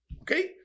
Okay